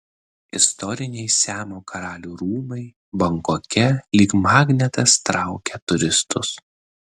istoriniai siamo karalių rūmai bankoke lyg magnetas traukia turistus